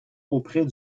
auprès